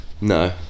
no